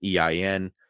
EIN